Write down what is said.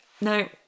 no